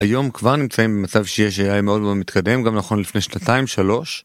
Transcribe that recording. היום כבר נמצאים במצב שיש AI מאוד מאוד מתקדם, גם נכון לפני שנתיים שלוש